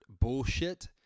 bullshit